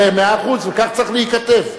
מאה אחוז, וכך צריך להיכתב.